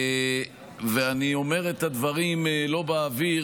ואני אומר את הדברים לא באוויר,